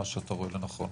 מה שאתה רואה לנכון.